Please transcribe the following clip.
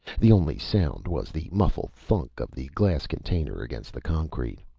the only sound was the muffled thunk of the glass container against the concrete.